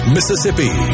Mississippi